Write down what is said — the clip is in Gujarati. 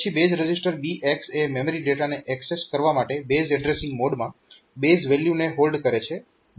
પછી બેઝ રજીસ્ટર BX એ મેમરી ડેટાને એક્સેસ કરવા માટે બેઝ એડ્રેસીંગ મોડમાં બેઝ વેલ્યુને હોલ્ડ કરે છે